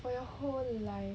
for your whole life